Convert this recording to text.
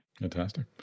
Fantastic